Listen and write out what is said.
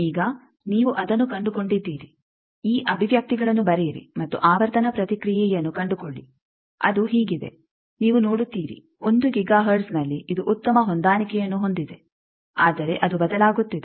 ಈಗ ನೀವು ಅದನ್ನು ಕಂಡುಕೊಂಡಿದ್ದೀರಿ ಈ ಅಭಿವ್ಯಕ್ತಿಗಳನ್ನು ಬರೆಯಿರಿ ಮತ್ತು ಆವರ್ತನ ಪ್ರತಿಕ್ರಿಯೆಯನ್ನು ಕಂಡುಕೊಳ್ಳಿ ಅದು ಹೀಗಿದೆ ನೀವು ನೋಡುತ್ತೀರಿ 1 ಗಿಗಾ ಹರ್ಟ್ಜ್ನಲ್ಲಿ ಇದು ಉತ್ತಮ ಹೊಂದಾಣಿಕೆಯನ್ನು ಹೊಂದಿದೆ ಆದರೆ ಅದು ಬದಲಾಗುತ್ತಿದೆ